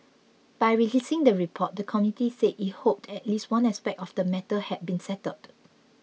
by releasing the report the committee said it hoped at least one aspect of the matter had been settled